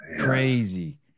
Crazy